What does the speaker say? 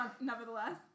nevertheless